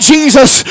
Jesus